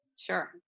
Sure